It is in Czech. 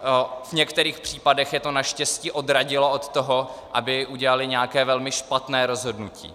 V některých případech je to naštěstí odradilo od toho, aby udělali nějaké velmi špatné rozhodnutí.